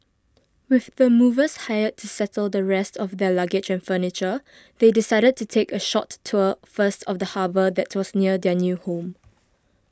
with the movers hired to settle the rest of their luggage and furniture they decided to take a short tour first of the harbour that was near their new home